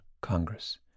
congress